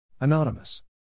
Anonymous